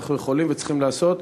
אנחנו יכולים וצריכים לעשות,